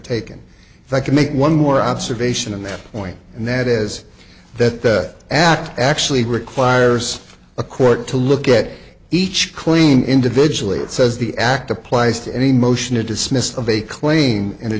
taken that could make one more observation in their point and that is that act actually requires a court to look at each clean individually it says the act applies to any motion to dismiss of a claim in a